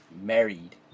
married